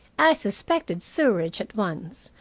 i suspected sewerage at once,